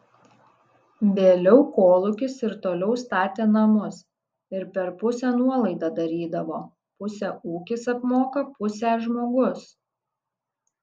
vėliau kolūkis ir toliau statė namus ir per pusę nuolaidą darydavo pusę ūkis apmoka pusę žmogus